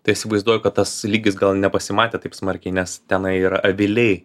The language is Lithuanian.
tai įsivaizduoju kad tas lygis gal nepasimatė taip smarkiai nes tenai yra aviliai